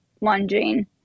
lunging